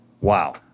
wow